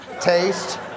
taste